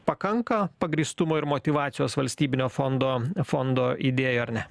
pakanka pagrįstumo ir motyvacijos valstybinio fondo fondo idėjai ar ne